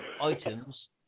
items